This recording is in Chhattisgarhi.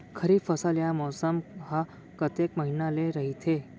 खरीफ फसल या मौसम हा कतेक महिना ले रहिथे?